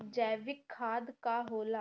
जैवीक खाद का होला?